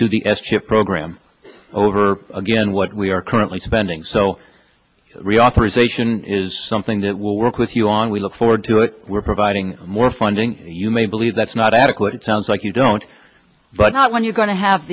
to the s chip program over again what we are currently spending so reauthorization is something that will work with you on we look forward to it we're providing more funding you may believe that's not adequate it sounds like you don't but not when you're going to have